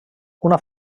una